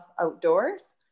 outdoors